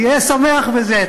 תהיה שמח בזה,